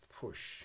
push